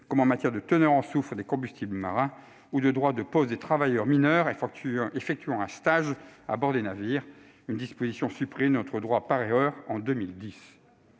comme en matière de teneur en soufre des combustibles marins ou de droit de pause des travailleurs mineurs effectuant un stage à bord de navires, une disposition supprimée de notre droit par erreur en 2010.